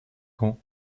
ans